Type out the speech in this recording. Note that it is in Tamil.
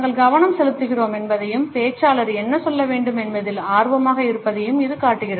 நாங்கள் கவனம் செலுத்துகிறோம் என்பதையும் பேச்சாளர் என்ன சொல்ல வேண்டும் என்பதில் ஆர்வமாக இருப்பதையும் இது காட்டுகிறது